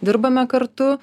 dirbame kartu